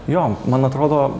jo man atrodo